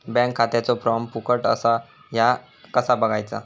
Bank खात्याचो form फुकट असा ह्या कसा बगायचा?